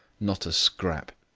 not a scrap.